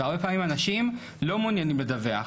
והרבה פעמים אנשים לא מעוניינים לדווח,